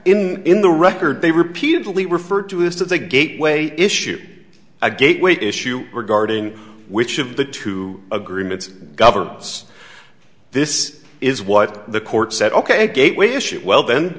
in in the record they repeatedly referred to is that the gateway issue a gateway issue regarding which of the two agreements governments this is what the court said ok gateway issue well then